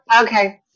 okay